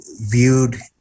viewed